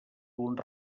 punt